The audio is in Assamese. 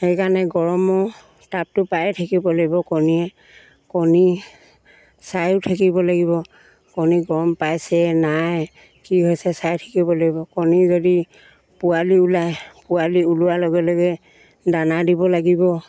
সেইকাৰণে গৰমো তাপটো পায়ে থাকিব লাগিব কণীয়ে কণী চাই থাকিব লাগিব কণী গৰম পাইছে নাই কি হৈছে চাই থাকিব লাগিব কণী যদি পোৱালি ওলায় পোৱালি ওলোৱাৰ লগে লগে দানা দিব লাগিব